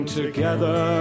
together